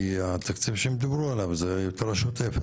כי התקציב שהם דיברו עליו הוא יותר השוטף.